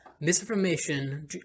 Misinformation